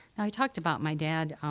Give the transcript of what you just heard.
i talked about my dad.